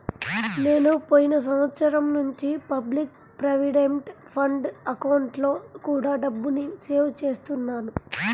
నేను పోయిన సంవత్సరం నుంచి పబ్లిక్ ప్రావిడెంట్ ఫండ్ అకౌంట్లో కూడా డబ్బుని సేవ్ చేస్తున్నాను